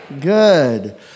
Good